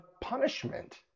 punishment